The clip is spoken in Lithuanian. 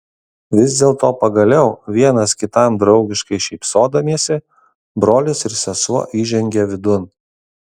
vis dėlto pagaliau vienas kitam draugiškai šypsodamiesi brolis ir sesuo įžengė vidun